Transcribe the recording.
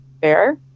fair